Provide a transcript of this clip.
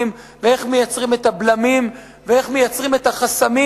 ואיך מייצרים את הבלמים ואיך מייצרים את החסמים,